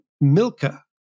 Milka